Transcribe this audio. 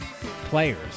players